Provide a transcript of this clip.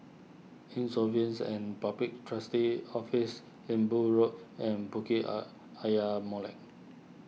Insolvency and Public Trustee's Office Lembu Road and Bukit Are Ayer Molek